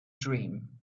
dream